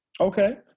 okay